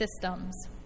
systems